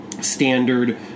standard